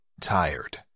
tired